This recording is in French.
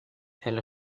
elle